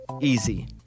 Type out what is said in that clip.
easy